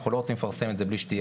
אנחנו לא רוצים לפרסם את זה בלי שתהיה